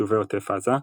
ויישובי עוטף עזה,